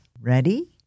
Ready